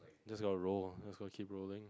just gonna roar just gonna keep roaring